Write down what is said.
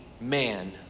man